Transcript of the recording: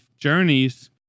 journeys